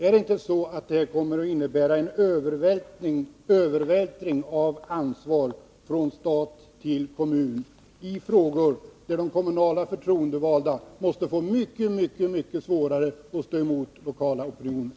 Är det inte så att detta kommer att innebära en övervältring av ansvar från stat till kommun — i frågor där de kommunalt förtroendevalda måste få mycket, mycket svårare att stå emot lokala opinioner?